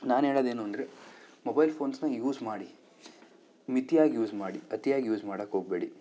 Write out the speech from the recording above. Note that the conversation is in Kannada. ನಾನು ಹೇಳೋದು ಏನು ಅಂದರೆ ಮೊಬೈಲ್ ಫೋನ್ಸ್ನ ಯೂಸ್ ಮಾಡಿ ಮಿತಿಯಾಗಿ ಯೂಸ್ ಮಾಡಿ ಅತಿಯಾಗಿ ಯೂಸ್ ಮಾಡೋಕ್ಕೆ ಹೋಗ್ಬೇಡಿ